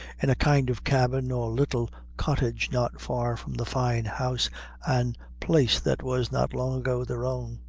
in a kind of cabin or little cottage not far from the fine house an' place that was not long ago their own.